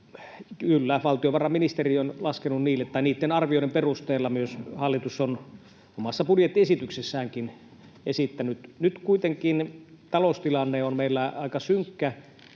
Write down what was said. Kyllä, valtiovarainministeriö on laskenut, ja niiden arvioiden perusteella myös hallitus on omassa budjettiesityksessäänkin esittänyt. Nyt kuitenkin taloustilanne on meillä aika synkkä.